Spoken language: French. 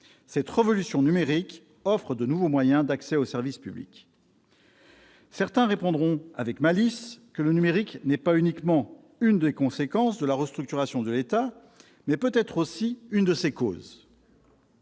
cette révolution numérique offre de nouveaux moyens d'accès aux services publics. Certains répondront avec malice que le numérique n'est pas uniquement l'une des conséquences de la restructuration de l'État, mais qu'il peut être aussi l'une de ses causes.